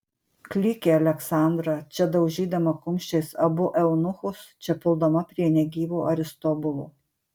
klykė aleksandra čia daužydama kumščiais abu eunuchus čia puldama prie negyvo aristobulo